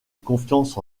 confiance